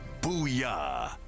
Booyah